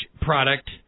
product